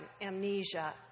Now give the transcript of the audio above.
amnesia